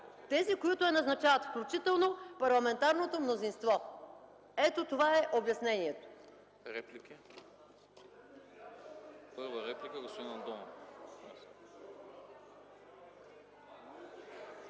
Тези, които я назначават, включително парламентарното мнозинство. Ето това е обяснението.